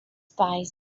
spies